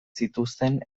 zituzten